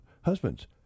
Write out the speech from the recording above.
husbands